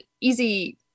easy